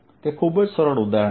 તે ખૂબ જ સરળ ઉદાહરણ છે